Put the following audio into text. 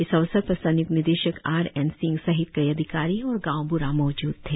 इस अवसर पर संयुक्त निदेशक आर एन सिंह सहित कई अधिकारी और गांव बूढ़ा मौजूद थे